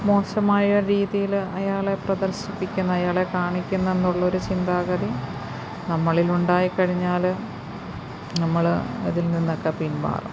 മോശമായ രീതിയില് അയാളെ പ്രദർശിപ്പിക്കണ് അയാളെ കാണിക്കുന്നെന്നുള്ളൊരു ചിന്താഗതി നമ്മളിൽ ഉണ്ടായിക്കഴിഞ്ഞാല് നമ്മള് അതിൽ നിന്നൊക്കെ പിന്മാറും